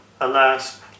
alas